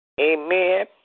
Amen